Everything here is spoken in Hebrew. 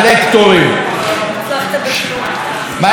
מה לא הצלחנו בכלום, גברתי?